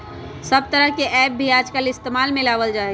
सब तरह के ऐप भी आजकल इस्तेमाल में लावल जाहई